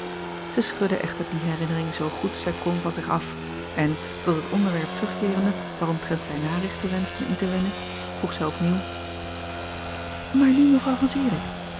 ij schudde echter die herinnering zoo goed zij kon van zich af en tot het onderwerp terugkeerende waaromtrent zij narichten wenschte in te winnen vroeg zij opnieuw aar nu evrouw an